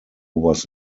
was